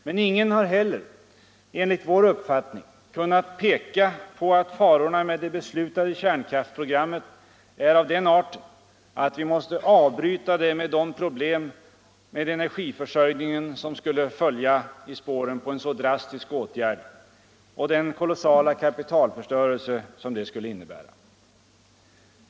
Men ingen har heller enligt vår uppfattning kunnat peka på att farorna med det beslutade kärnkraftsprogrammet är av den arten att vi måste avbryta det med de problem med energiförsörjningen som skulle följa i spåren på en så drastisk åtgärd och med den kolossala kapitalförstörelse som det skulle innebära.